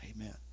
Amen